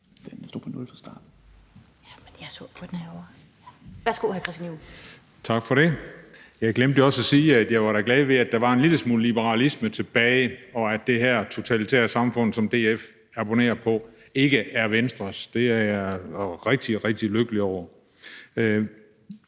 Jeg glemte også at sige, at jeg da var glad for, at der var en lille smule liberalisme tilbage, og at det her totalitære samfund, som DF abonnerer på, ikke er Venstres ønske. Det er jeg rigtig, rigtig lykkelig over.